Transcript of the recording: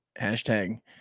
Hashtag